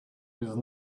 with